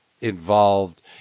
involved